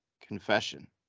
confession